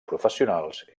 professionals